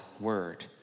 Word